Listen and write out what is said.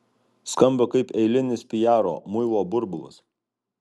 skamba kaip eilinis piaro muilo burbulas